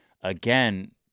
again